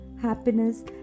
Happiness